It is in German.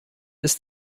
ist